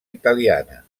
italiana